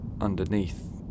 underneath